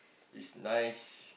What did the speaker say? is nice